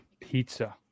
Pizza